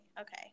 Okay